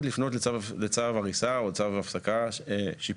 לפנות לצו הריסה או צו הפסקה שיפוטי,